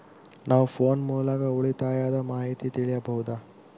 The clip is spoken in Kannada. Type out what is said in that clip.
ನಾವು ಫೋನ್ ಮೂಲಕ ಉಳಿತಾಯದ ಮಾಹಿತಿ ತಿಳಿಯಬಹುದಾ?